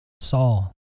Saul